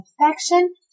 affection